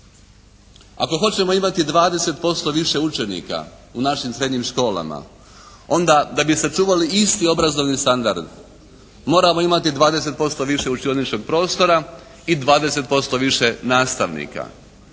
Ako hoćemo imati 20% više učenika u našim srednjim školama onda da bi sačuvali isti obrazovni standard moramo imati 20% više učioničkog prostora i 20% više nastavnika.